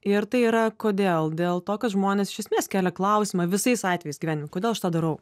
ir tai yra kodėl dėl to kad žmonės iš esmės kelia klausimą visais atvejais gyvenime kodėl aš tą darau